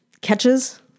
catches